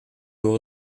door